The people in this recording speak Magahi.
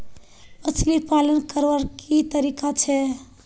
मछली पालन करवार की तरीका छे?